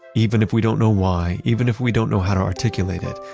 even if we don't know why, even if we don't know how to articulate it,